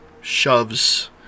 shoves